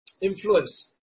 influence